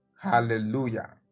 Hallelujah